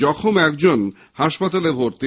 জখম একজন হাসপাতালে ভর্তি